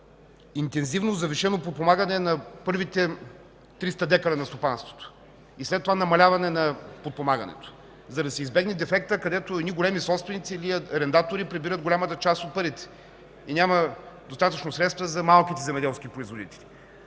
интензивно завишено подпомагане на първите 300 дка на стопанството и след това намаляване на подпомагането, за да се избегне дефектът, където едни големи собственици или арендатори прибират голямата част от парите и няма достатъчно средства за малките земеделски производители.